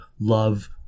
love